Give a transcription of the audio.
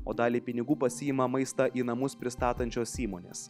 o dalį pinigų pasiima maistą į namus pristatančios įmonės